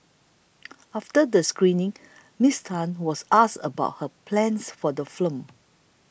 after the screening Miss Tan was asked about her plans for the film